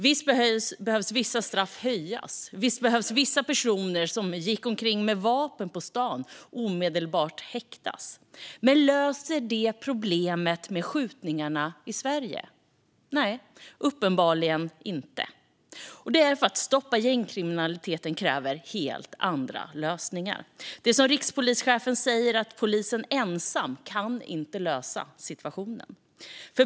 Visst behövdes vissa straff höjas, och visst behövde vissa personer som gick omkring med vapen på stan omedelbart häktas. Men löser det problemet med skjutningarna i Sverige? Nej, uppenbarligen inte. Det är för att det krävs helt andra lösningar för att stoppa gängkriminalitet. Det är som rikspolischefen säger: Polisen ensam kan inte lösa situationen.